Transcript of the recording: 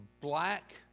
black